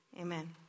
Amen